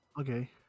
Okay